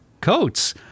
coats